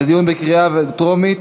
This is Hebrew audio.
לקריאה טרומית,